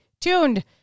tuned